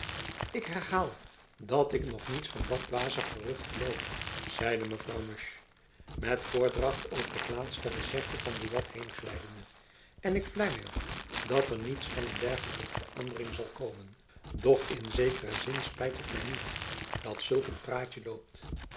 ik herhaal dat ik nog niets van dat dwaze gerucht geloof zeide mevrouw musch met voordacht over het laatste gezegde van buat heenglijdende en ik vlei my ook dat er niets van een dergelijke verandering zal komen doch in een zekeren zin spijt het my niet dat zulk een praatjen loopt